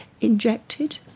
injected